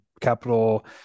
capital